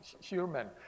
human